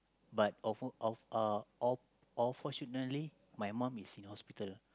but of uh of uh unfortunately my mum is in hospital